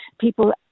people